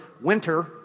winter